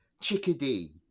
Chickadee